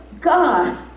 God